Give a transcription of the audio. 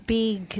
big